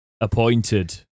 appointed